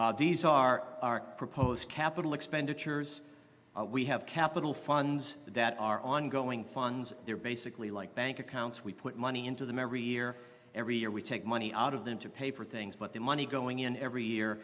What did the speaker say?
bills these are our proposed capital expenditures we have capital funds that are ongoing funds they're basically like bank accounts we put money into the memory year every year we take money out of them to pay for things but the money going in every year